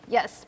Yes